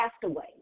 castaway